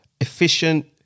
efficient